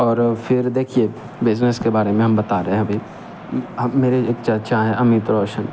और फिर देखिए बिजनेस के बारे में हम बता रहे हैं अभी मेरे एक चाचा हैं अमित